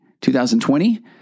2020